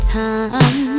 time